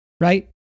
right